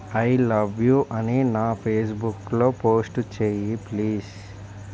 I love you అని నా ఫేస్బుక్లో పోస్ట్ చేయి ప్లీజ్